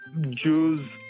Jews